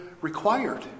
required